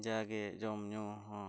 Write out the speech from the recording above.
ᱡᱟᱜᱮ ᱡᱚᱢᱼᱧᱩ ᱦᱚᱸ